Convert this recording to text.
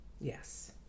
Yes